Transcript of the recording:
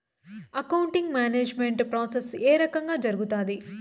accounting management process ఏ రకంగా జరుగుతాది